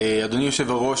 אדוני יושב-הראש,